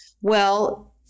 Well-